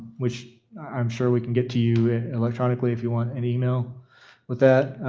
which i'm sure we can get to you electronically if you want an email with that,